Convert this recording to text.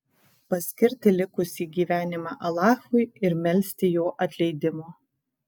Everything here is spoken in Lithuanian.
paskirti likusį gyvenimą alachui ir melsti jo atleidimo